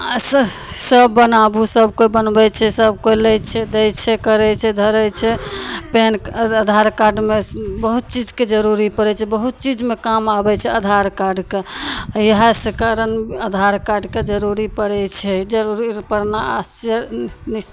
अच्छे सब बनाबू सब कोइ बनबय छै सब कोइ लै छै दै छै करय छै धड़य छै पेन आधार कार्डमे बहुत चीजके जरूरी पड़य छै बहुत चीजमे काम आबय छै आधार कार्डके इएह से कारण आधार कार्डके जरूरी पड़य छै जरूरी भी पड़ना आश्चर्य